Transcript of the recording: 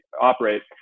operate